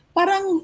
parang